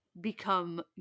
Become